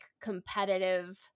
competitive